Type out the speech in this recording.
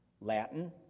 Latin